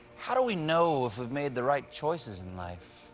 how do we know if we've made the right choices in life?